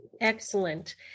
Excellent